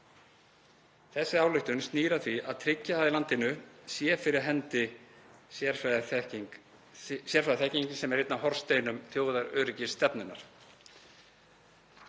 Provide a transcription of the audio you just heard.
Þessi ályktun snýr að því að tryggja að í landinu sé fyrir hendi sérfræðiþekkingin sem er einn af hornsteinum þjóðaröryggisstefnunnar.